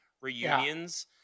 reunions